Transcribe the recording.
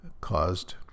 caused